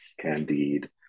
Candide